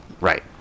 Right